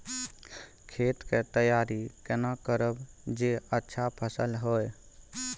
खेत के तैयारी केना करब जे अच्छा फसल होय?